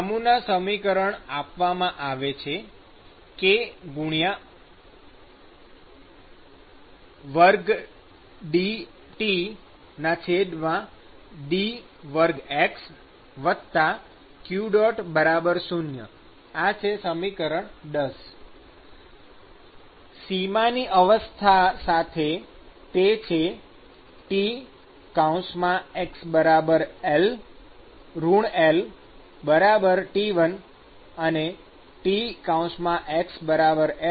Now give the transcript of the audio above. નમૂના સમીકરણ આપવામાં આવે છે kd2Tdx2q0 ૧૦ સીમાની અવસ્થા સાથે તે છે Tx L T1 Tx L T2